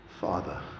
Father